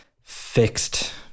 fixed